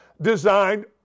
designed